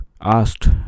asked